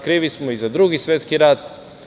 Krivi smo i za Drugi svetski rat.